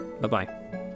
Bye-bye